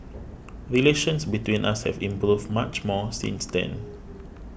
relations between us have improved much more since then